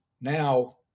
Now